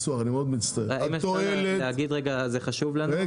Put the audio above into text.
התועלת --- רק להגיד משהו שחשוב לנו,